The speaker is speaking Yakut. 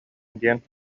диэн